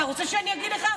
אתה רוצה שאני אגיד לך?